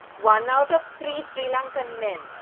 one out of three sri lankan men.